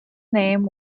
name